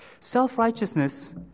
Self-righteousness